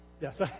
Yes